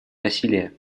насилия